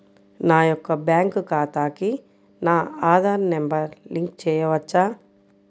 నా యొక్క బ్యాంక్ ఖాతాకి నా ఆధార్ నంబర్ లింక్ చేయవచ్చా?